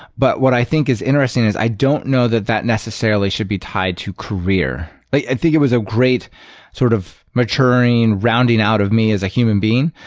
but what i think is interesting is i don't know that that necessarily should be tied to career. i think it was a great sort of maturing rounding out of me as a human being,